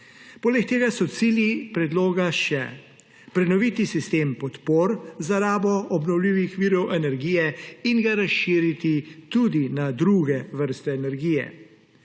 Poleg tega so cilji predloga še: prenoviti sistem podpor za rabo obnovljivih virov energije in ga razširiti tudi na druge vrste energije;